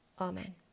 Amen